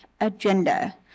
Agenda